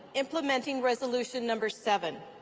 implementing resolution number seven.